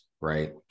right